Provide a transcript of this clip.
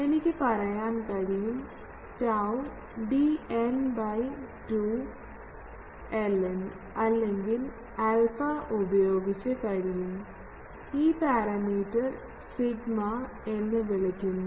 എനിക്ക് പറയാൻ കഴിയും tau dn by 2 ln അല്ലെങ്കിൽ ആൽഫ ഉപയോഗിച്ച് കഴിയും ഈ പാരാമീറ്റർ സിഗ്മ എന്ന് വിളിക്കുന്നു